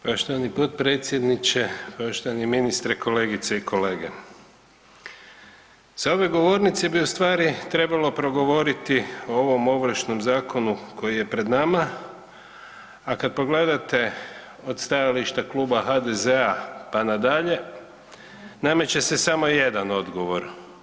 Poštovani potpredsjedniče, poštovani ministre, kolegice i kolege, sa ove govornice bi u stvari trebalo progovoriti o ovom Ovršnom zakonu koji je pred nama, a kad pogledate od stajališta Kluba HDZ-a pa nadalje nameće se samo jedan odgovor.